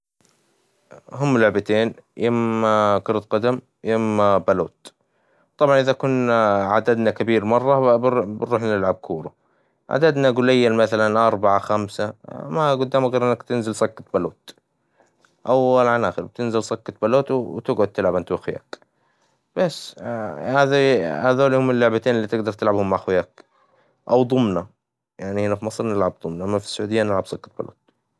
هم لعبتين إما كرة قدم يا إما بالوت، طبعًا إذا كنا عددنا كبير مرة بنروح نلعب كورة، عددنا جليل مثلًا أربعة خمسة ما قدامك غير إنك تنزل صكة بالوت أول عن آخر بتنزل صكة بالوت وتجعد تلعب إنت وأخوياك، بس هذولي هم اللعبتين اللي تقدر تلعبهم مع أخوياك أو دومينو، يعني هنا في مصر نلعب دومينو، أما في السعودية نلعب صكة بالوت.